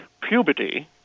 puberty